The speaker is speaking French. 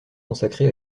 consacrée